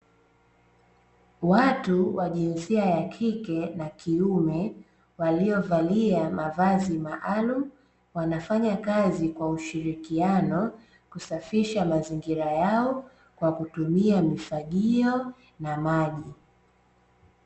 Watu wa jinsia ya kike na kiume walio valia mavazi maalumu, wanafanya kazi kwa ushirikiano kusafisha mazingira yao kwa kutumia mifagio na maji.